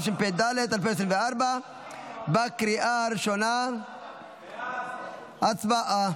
התשפ"ד 2024. הצבעה.